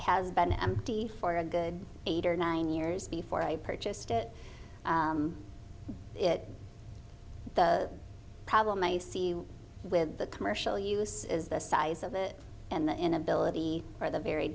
has been empty for a good eight or nine years before i purchased it it the problem i see with the commercial use is the size of it and the inability for the very